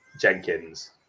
Jenkins